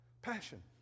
passion